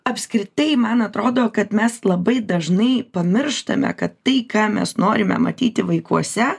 apskritai man atrodo kad mes labai dažnai pamirštame kad tai ką mes norime matyti vaikuose